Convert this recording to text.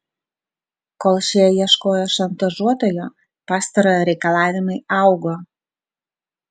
kol šie ieškojo šantažuotojo pastarojo reikalavimai augo